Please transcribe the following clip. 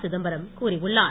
சிதம்பரம் கூறியுள்ளார்